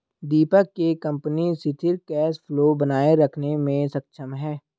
दीपक के कंपनी सिथिर cash flow बनाए रखने मे सक्षम है